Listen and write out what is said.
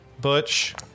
Butch